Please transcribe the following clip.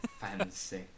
fancy